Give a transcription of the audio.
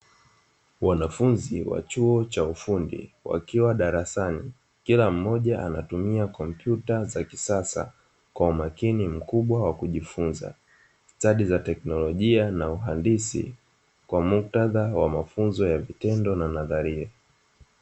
Wanafunzi wa chuo cha ufundi wakiwa darasani, kila mmoja anatumia kompyuta za kisasa kwa umakini mkubwa wa kujifunza stadi za teknolojia na uhandisi kwa muktadha wa mafunzo ya vitendo na nadharia.